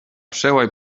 przełaj